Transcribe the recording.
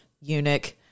eunuch